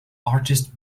artist